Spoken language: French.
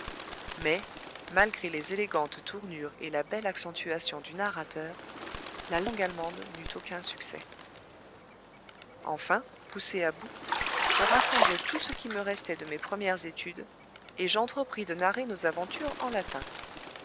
mais malgré les élégantes tournures et la belle accentuation du narrateur la langue allemande n'eut aucun succès enfin poussé à bout je rassemblai tout ce qui me restait de mes premières études et j'entrepris de narrer nos aventures en latin